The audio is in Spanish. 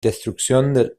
destrucción